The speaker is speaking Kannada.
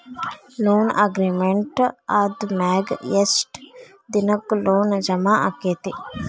ಲೊನ್ ಅಗ್ರಿಮೆಂಟ್ ಆದಮ್ಯಾಗ ಯೆಷ್ಟ್ ದಿನಕ್ಕ ಲೊನ್ ಜಮಾ ಆಕ್ಕೇತಿ?